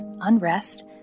unrest